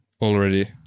already